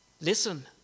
Listen